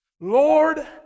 Lord